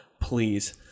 please